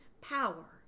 power